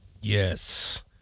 Yes